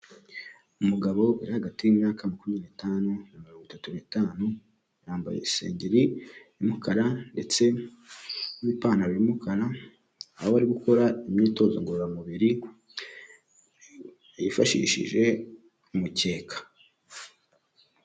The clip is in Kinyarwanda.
Umugabo uri hagati y'imyaka makumyabiri n'itanu na mirongo itatu n'itanu, yambaye isengeri y'umukara ndetse n'ipantaro y'umukara, aho bari gukora imyitozo ngororamubiri yifashishije umukeka.